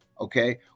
okay